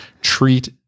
treat